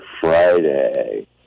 Friday